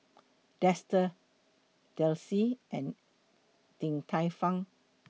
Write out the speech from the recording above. Dester Delsey and Din Tai Fung